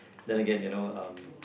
then again you know um